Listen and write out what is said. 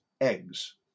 eggs